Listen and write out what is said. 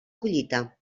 collita